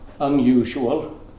unusual